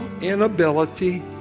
inability